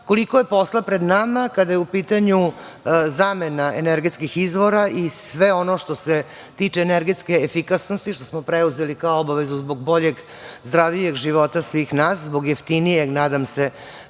koliko je posla pred nama, kada je u pitanju zamena energetskih izvora i sve ono što se tiče energetske efikasnosti, što smo preuzeli, kao obavezu, zbog boljeg i zdravijeg života svih nas, zbog jeftinijeg, nadam se,